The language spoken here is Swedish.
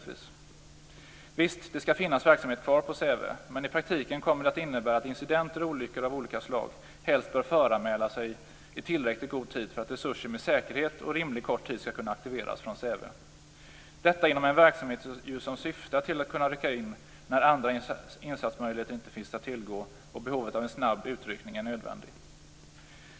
Visst skall det finnas verksamhet kvar på Säve, men i praktiken kommer det att innebära att incidenter och olyckor av olika slag helst bör föranmäla sig i tillräckligt god tid för att resurser med säkerhet och inom rimligt kort tid skall kunna aktiveras från Säve - detta inom en verksamhet som just syftar till att man skall kunna rycka in när andra insatsmöjligheter inte finns att tillgå och en snabb utryckning är nödvändig.